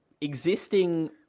existing